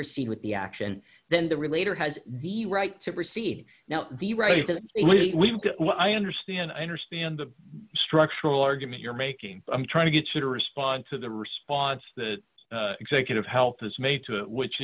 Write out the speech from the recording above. proceed with the action then the relator has the right to proceed now the right way we well i understand i understand the structural argument you're making i'm trying to get to respond to the response that executive health has made which